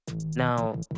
Now